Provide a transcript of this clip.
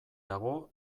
dago